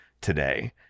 today